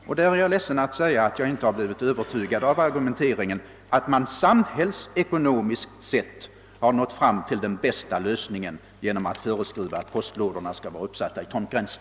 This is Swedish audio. Härvidlag är jag ledsen att behöva säga att jag inte blivit övertygad av argumenteringen, att man samhällsekonomiskt sett nått fram till den bästa lösningen genom att föreskriva att postlådorna skall vara uppsatta vid tomtgränsen.